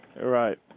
Right